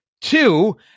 two